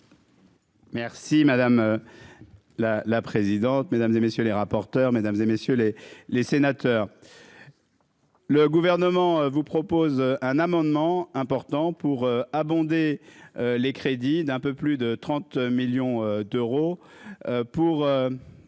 Merci madame la la présidente, mesdames et messieurs les rapporteurs, mesdames et messieurs les les sénateurs. Le gouvernement vous propose un amendement important pour abonder les crédits d'un peu plus de 30 millions d'euros pour